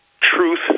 truth